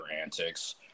antics